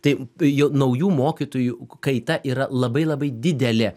tai jau naujų mokytojų kaita yra labai labai didelė